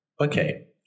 okay